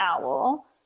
owl